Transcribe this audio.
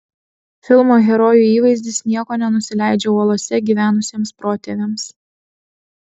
filmo herojų įvaizdis nieko nenusileidžia uolose gyvenusiems protėviams